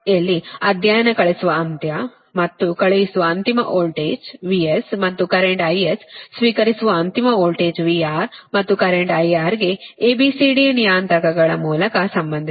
ಎಲ್ಲಿ ಅಧ್ಯಯನ ಕಳುಹಿಸುವ ಅಂತ್ಯ ಮತ್ತು ಕಳುಹಿಸುವ ಅಂತಿಮ ವೋಲ್ಟೇಜ್ VS ಮತ್ತು ಕರೆಂಟ್ IS ಸ್ವೀಕರಿಸುವ ಅಂತಿಮ ವೋಲ್ಟೇಜ್ VR ಮತ್ತು ಕರೆಂಟ್ IR ಗೆ A B C D ನಿಯತಾಂಕಗಳ ಮೂಲಕ ಸಂಬಂಧಿಸಿದೆ